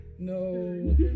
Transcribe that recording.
No